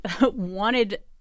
wanted